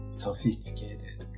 sophisticated